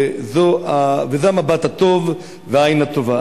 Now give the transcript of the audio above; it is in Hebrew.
וזה המבט הטוב והעין הטובה.